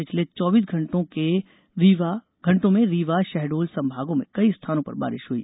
पिछले चौबीस घण्टों के रीवा शहडोल संभागों में कई स्थानों पर बारिश हुई